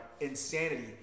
insanity